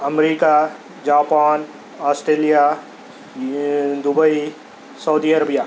America Japan Australia Dubai Saudi Arabia